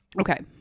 Okay